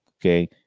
okay